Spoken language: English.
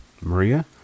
Maria